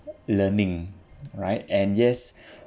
learning right and yes